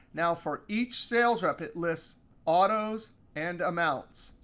now, for each sales rep it lists autos and amounts.